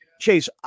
Chase